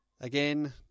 again